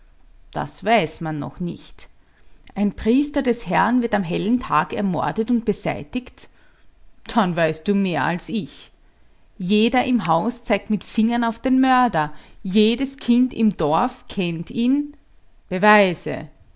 das weiß man noch nicht ein priester des herrn wird am hellen tag ermordet und beseitigt dann weißt du mehr als ich jeder im haus zeigt mit fingern auf den mörder jedes kind im dorf kennt ihn beweise